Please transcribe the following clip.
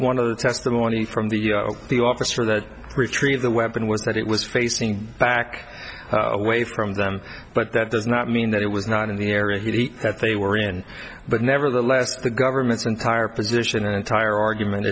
one of the testimony from the the officer that retrieve the weapon was that it was facing back away from them but that does not mean that it was not in the area he that they were in but nevertheless the government's entire position and entire argument